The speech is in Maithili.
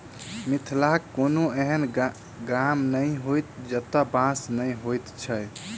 मिथिलाक कोनो एहन गाम नहि होयत जतय बाँस नै होयत छै